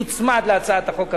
מוצמד להצעת החוק הממשלתית.